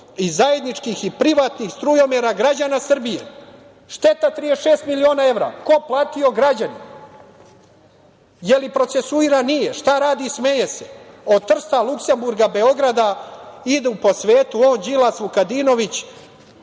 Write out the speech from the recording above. iz zajedničkih i privatnih strujomera građana Srbije. Šteta 36 miliona evra. Ko platio? Građani. Je li procesuiran? Nije. Šta radi? Smeje se. Od Trsta, Luksemburga, Beograda idu po svetu on Đilas, Vukadinović,